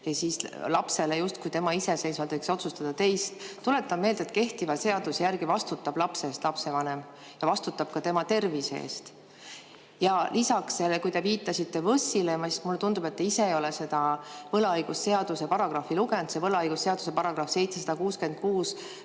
siis laps justkui iseseisvalt võiks otsustada teist. Tuletan meelde, et kehtiva seaduse järgi vastutab lapse eest lapsevanem, ja ta vastutab ka tema tervise eest. Lisaks sellele, kui te viitasite VÕS‑ile, siis mulle tundub, et te ise ei ole seda võlaõigusseaduse paragrahvi lugenud. Võlaõigusseaduse § 766